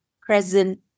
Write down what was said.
present